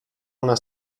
una